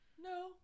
no